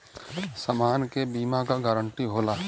समान के बीमा क गारंटी होला